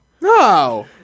No